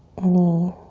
any